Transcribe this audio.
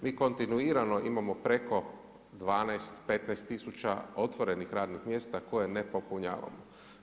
Mi kontinuirano imamo preko 12, 15000 otvorenih radnih mjesta koje ne popunjavamo.